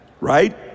Right